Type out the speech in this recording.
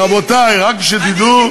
רבותי, רק שתדעו,